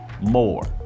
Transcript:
more